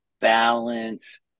balance